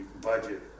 budget